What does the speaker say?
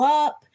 up